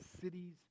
cities